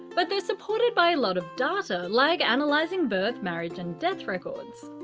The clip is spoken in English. but they are supported by a lot of data, like analysing birth, marriage and death records.